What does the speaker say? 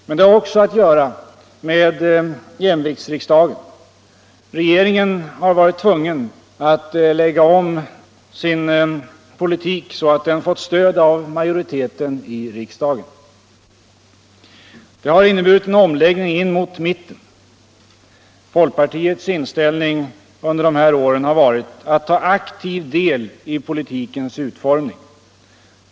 Men det har också att göra med jämviktsriksdagen. Regeringen har varit tvungen att lägga om sin politik så att den fått stöd av majoriteten i riksdagen. Det har inneburit en omläggning in mot mitten. Folkpartiets inställning under de här åren har varit att ta aktiv del i politikens utformning.